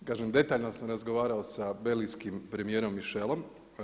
Kažem, detaljno sam razgovarao sa belgijskim premijerom Michelom.